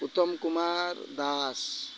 Uttam Kumar Das